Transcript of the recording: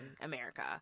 America